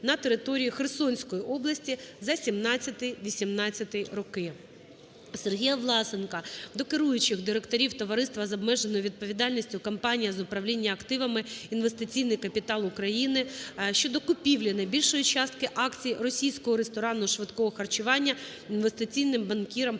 на території Херсонської області за 17-18 роки. Сергія Власенка до керуючих директорів товариства з обмеженою відповідальністю "Компанія з управління активами "Інвестиційний Капітал України" щодо купівлі найбільшої частки акцій російського ресторану швидкого харчування інвестиційним банкіром Президента